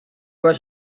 was